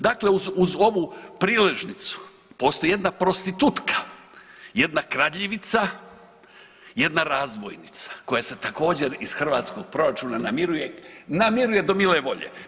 Dakle uz ovu priležnicu postoji jedna prostitutka, jedna kradljivica i jedna razbojnica koja se također iz hrvatskog proračuna namiruje, namiruje do mile volje.